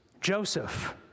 Joseph